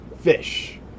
Fish